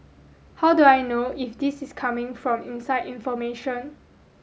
how do I know if this is coming from inside information